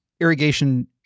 irrigation